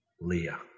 Leah